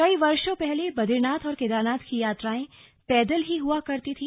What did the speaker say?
कई वर्षो पहले बदरीनाथ और केदारनाथ की यात्राएं पैदल ही हुआ करती थी